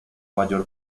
mayor